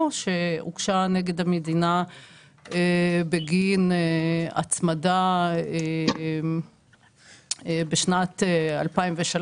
שהוגשה נגד המדינה בגין הצמדה בשנת 2003,